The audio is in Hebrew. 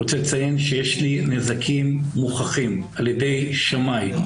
אני רוצה לציין שיש לי נזקים מוכחים על ידי שמאי,